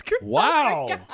Wow